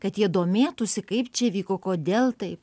kad jie domėtųsi kaip čia vyko kodėl taip